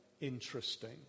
interesting